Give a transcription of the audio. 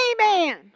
man